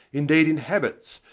indeed inhabits,